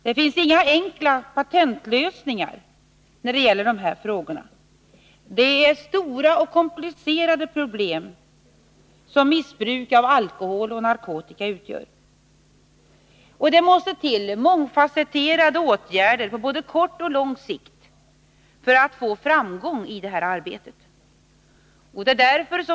Det finns inga enkla patentlösningar av de stora och komplicerade problem som missbruket av alkohol och narkotika utgör. Det måste till mångfasetterade åtgärder på både kort och lång sikt för att få framgång i detta arbete.